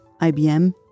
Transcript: IBM